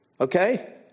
Okay